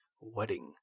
wedding